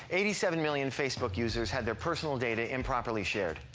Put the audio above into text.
eighty seven million facebook users had their personal data improperly shared.